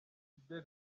fidel